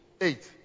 eight